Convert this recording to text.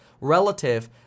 relative